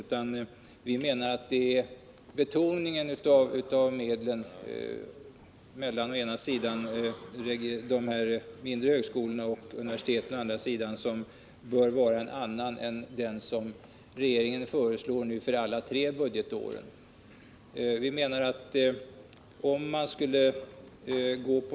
Men vi anser att fördelningen av medel mellan å ena sidan de mindre högskolorna och å andra sidan universiteten bör vara en annan än den regeringen nu föreslår för de tre budgetåren.